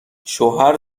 شوهر